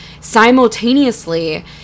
simultaneously